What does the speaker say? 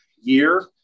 year